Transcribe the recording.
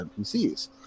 NPCs